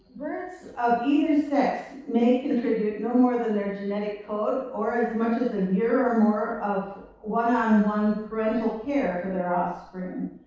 birds of either sex may contribute no more than their genetic code, or as much as a year or more of one on one parental pair for their offspring.